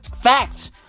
Facts